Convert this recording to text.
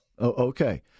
Okay